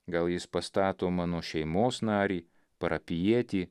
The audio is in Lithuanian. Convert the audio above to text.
gal jis pastato mano šeimos narį parapijietį